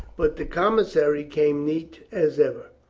but the commissary came neat as ever.